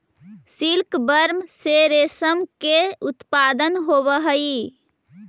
silkworm से रेशम के उत्पादन होवऽ हइ